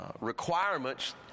requirements